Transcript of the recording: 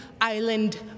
island